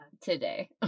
today